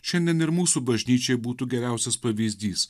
šiandien ir mūsų bažnyčiai būtų geriausias pavyzdys